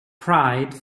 pride